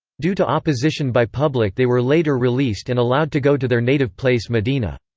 due to opposition by public they were later released and allowed to go to their native place medina.